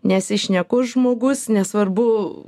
nesi šnekus žmogus nesvarbu